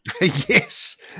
Yes